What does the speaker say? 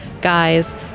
guys